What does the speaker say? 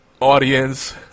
audience